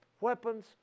weapons